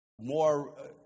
more